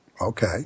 Okay